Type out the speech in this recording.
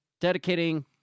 dedicating